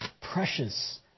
precious